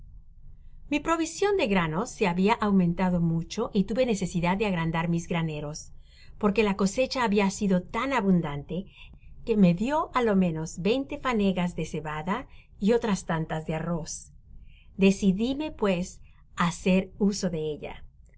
mi provision de granos se habia aumentado mucho y tuve necesidad de agrandar mis graneros porque la cose cha habia sido tan abundante que me dió á lo menos veinte fanegas de cebada y otras tantas de arroz decidime pues á hacer uso de ella